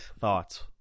thoughts